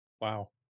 Wow